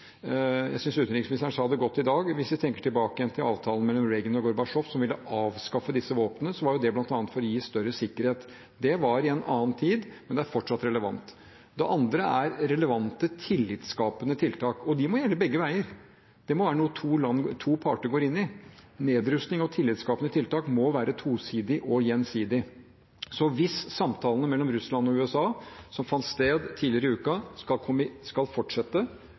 Jeg synes utenriksministeren sa det godt i dag: Hvis vi tenker tilbake til avtalen mellom Reagan og Gorbatsjov, som ville avskaffe disse våpnene, var jo det bl.a. for å gi større sikkerhet. Det var i en annen tid, men det er fortsatt relevant. Det andre er relevante, tillitsskapende tiltak, og de må gjelde begge veier. Det må være noe to parter går inn i. Nedrustning og tillitsskapende tiltak må være tosidig og gjensidig. Så hvis samtalene mellom Russland og USA som fant sted tidligere i uken, skal fortsette, får fortsette,